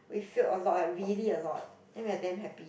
we filled a lot eh really a lot then we're damn happy